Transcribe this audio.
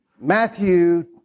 Matthew